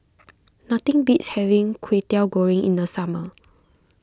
nothing beats having Kwetiau Goreng in the summer